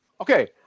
okay